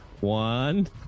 One